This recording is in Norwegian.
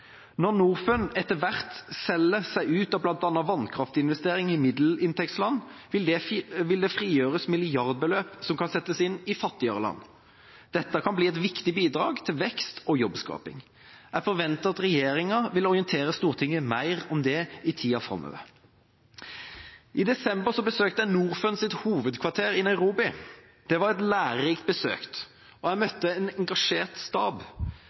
Når Norfund etter hvert selger seg ut av bl.a. vannkraftinvesteringer i middelinntektsland, vil det frigjøres milliardbeløp som kan settes inn i fattigere land. Dette kan bli et viktig bidrag til vekst og jobbskaping. Jeg forventer at regjeringa vil orientere Stortinget mer om det i tida framover. I desember besøkte jeg Norfunds hovedkvarter i Nairobi. Det var et lærerikt besøk, og jeg møtte en engasjert stab.